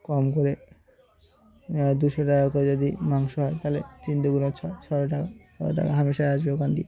কম করে দুশো টাকা করে যদি মাংস হয় তাহলে তিন দুগুনে ছয় ছশো টাকা ছশো টাকা হামেশাই আসবে ওখান দিয়ে